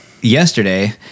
yesterday